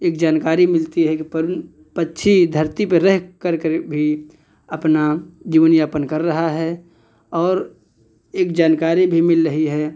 एक जानकारी मिलती है कि परिन पक्षी धरती पे रह कर कर भी अपना जीवन यापन कर रहा है और एक जानकारी भी मिल रही है